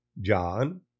John